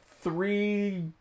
three